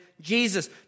Jesus